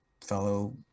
fellow